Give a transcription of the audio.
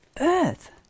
earth